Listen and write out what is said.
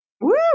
Woo